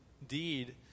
indeed